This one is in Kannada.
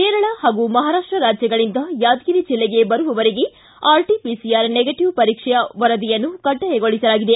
ಕೇರಳ ಹಾಗೂ ಮಹಾರಾಷ್ಲ ರಾಜ್ಯಗಳಿಂದ ಯಾದಗಿರಿ ಜಿಲ್ಲೆಗೆ ಬರುವವರಿಗೆ ಆರ್ಟಿಪಿಸಿಆರ್ ನೆಗೆಟಿವ್ ಪರೀಕ್ಸಾ ವರದಿಯನ್ನು ಕಡ್ಡಾಯಗೊಳಿಸಲಾಗಿದೆ